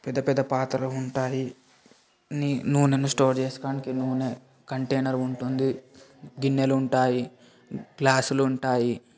పెద్ద పెద్ద పాత్రలు ఉంటాయి ని నూనెను స్టోర్ చేసుకోడానికి నూనె కంటైనర్ ఉంటుంది గిన్నెలుంటాయి గ్లాసులుంటాయి